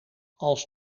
als